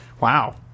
Wow